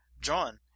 John